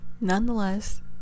nonetheless